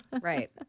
Right